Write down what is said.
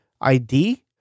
ID